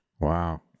wow